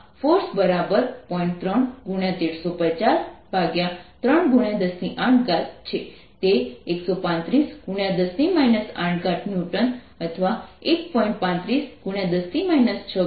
જો રેડિયેશન શોષી લે છે તો માની લો કે મારી પાસે કાળી શીટ છે પરંતુ તે પરાવર્તિત થઈ રહી છે